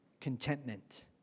contentment